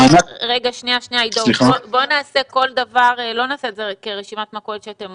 לא נעשה את זה כרשימת מכולת שאתם